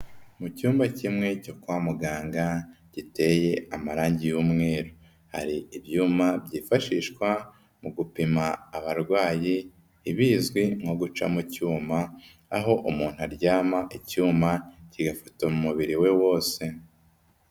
Mu cyumba kimwe cyo kwa muganga giteye amarangi y'umweru. Hari ibyuma byifashishwa mu gupima abarwayi ibizwi nko guca mu cyuma, aho umuntu aryama icyuma kigafotora umubiri we wose.